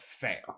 Fair